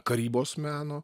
karybos meno